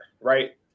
right